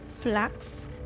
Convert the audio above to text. flax